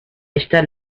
esta